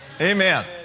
Amen